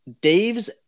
Dave's